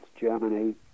Germany